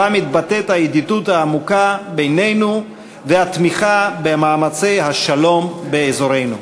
מתבטאת הידידות העמוקה בינינו והתמיכה במאמצי השלום באזורנו.